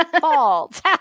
fault